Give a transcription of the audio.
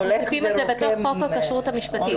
אנחנו מוסיפים את זה בתוך חוק הכשרות המשפטית.